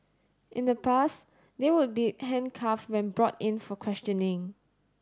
in the past they would be handcuffed when brought in for questioning